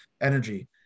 Energy